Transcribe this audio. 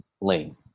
lane